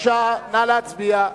רבותי נא להצביע.